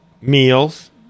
meals